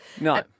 No